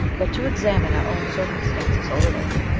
but to examine our own circumstances a little,